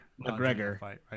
McGregor